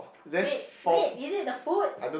wait wait is it the foot